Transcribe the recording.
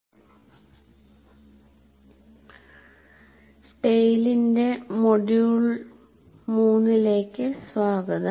ടെയിലിന്റെ module 3 ലേക്ക് സ്വാഗതം